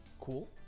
cool